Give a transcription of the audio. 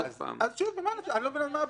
אני לא מבין מה הבעיה.